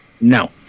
No